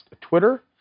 Twitter